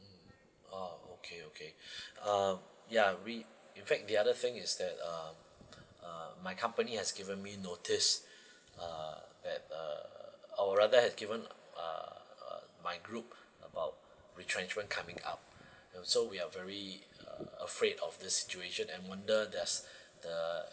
mm ah okay okay uh yeah we in fact the other thing is that uh uh my company has given me notice uh at uh our brother has given uh uh my group about retrenchment coming up so we're very uh afraid of this situation and wonder does the